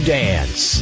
dance